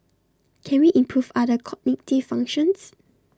can we improve other cognitive functions